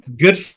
Good